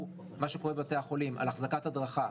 מה שקורה בבתי החולים על אחזקת הדרכה,